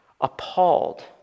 Appalled